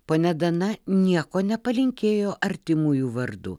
ponia dana nieko nepalinkėjo artimųjų vardu